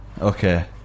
Okay